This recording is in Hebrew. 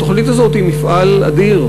התוכנית הזאת היא מפעל אדיר.